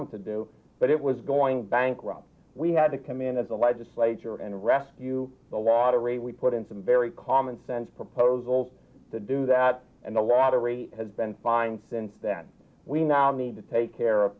to do but it was going bankrupt we had to come in as a legislature and rescue the lottery we put in some very commonsense proposals to do that and the lottery has been fine since then we now need to take care of